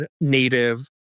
native